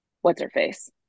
what's-her-face